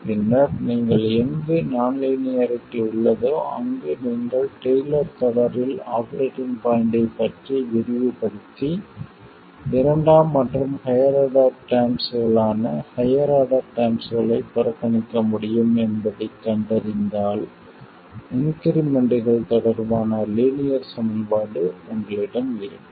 பின்னர் நீங்கள் எங்கு நான் லீனியாரிட்டி உள்ளதோ அங்கு நீங்கள் டெய்லர் தொடரில் ஆபரேட்டிங் பாய்ண்ட்டைப் பற்றி விரிவுபடுத்தி இரண்டாம் மற்றும் ஹையர் ஆர்டர் டெர்ம்ஸ்களான ஹையர் ஆர்டர் டெர்ம்ஸ்களைப் புறக்கணிக்க முடியும் என்பதைக் கண்டறிந்தால் இன்கிரிமென்ட்கள் தொடர்பான லீனியர் சமன்பாடு உங்களிடம் இருக்கும்